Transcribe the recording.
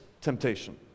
temptation